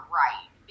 right